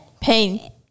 pain